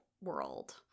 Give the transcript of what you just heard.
world